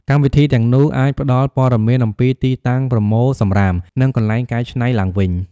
កម្មវិធីទាំងនោះអាចផ្តល់ព័ត៌មានអំពីទីតាំងប្រមូលសំរាម និងកន្លែងកែច្នៃឡើងវិញ។